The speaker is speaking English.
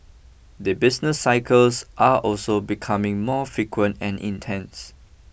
the business cycles are also becoming more frequent and intense